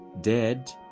dead